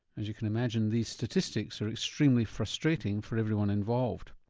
as you can imagine, these statistics are extremely frustrating for everyone involved.